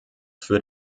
für